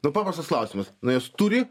nu paprastas klausimas na jos turi